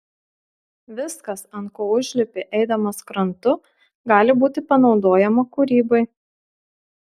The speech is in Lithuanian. viskas ant ko užlipi eidamas krantu gali būti panaudojama kūrybai